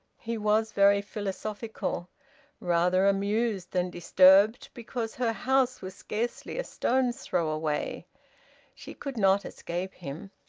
he was very philosophical rather amused than disturbed, because her house was scarcely a stone's-throw away she could not escape him.